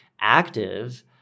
active